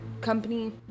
company